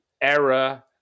error